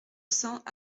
cents